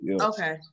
Okay